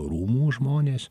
rūmų žmonės